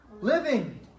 Living